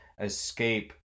escape